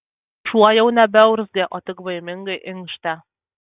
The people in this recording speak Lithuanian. šuo jau nebeurzgė o tik baimingai inkštė